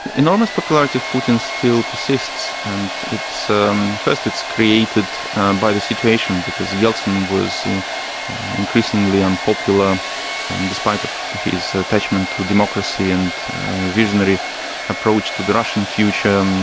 enormous popularity of putin still persists and um first it's created by the situation, because yeltsin was increasingly unpopular and despite of his attachment to democracy and visionary approach to the russian future, um